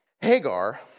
Hagar